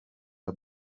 are